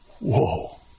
Whoa